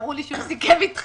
אמרו לי שהוא סיכם איתך.